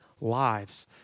lives